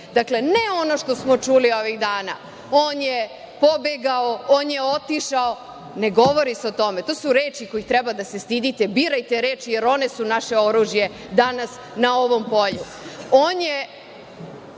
dakle ne ono što smo čuli ovih dana, on je pobegao, on je otišao, ne govori se o tome. To su reči kojih treba da se stidite. Birajte reči, jer one su naše oružje danas na ovom polju. On